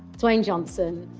dwayne johnson,